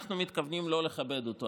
אנחנו מתכוונים לא לכבד אותו.